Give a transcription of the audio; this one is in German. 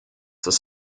das